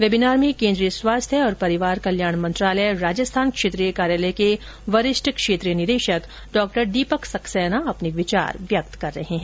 webinar में केंद्रीय स्वास्थ्य और परिवार कल्याण मंत्रालय राजस्थान क्षेत्रीय कार्यालय के वरिष्ठ क्षेत्रीय निदेशक डॉ दीपक सक्सेना अपने विचार व्यक्त कर रहे हैं